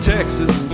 Texas